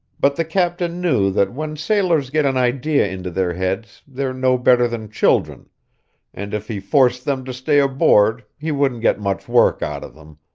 but the captain knew that when sailors get an idea into their heads they're no better than children and if he forced them to stay aboard he wouldn't get much work out of them,